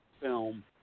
film